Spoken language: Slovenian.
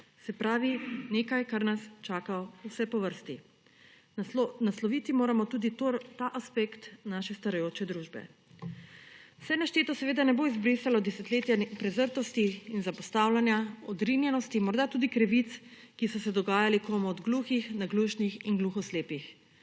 Se pravi, nekaj kar nas čaka vse po vrsti. Nasloviti moramo tudi ta aspekt naše starajoče družbe. Vse našteto seveda ne bo izbrisalo desetletja prezrtosti in zapostavljanja, odrinjenosti, morda tudi krivic, ki so se dogajale komu od gluhih, naglušnih in gluhoslepih,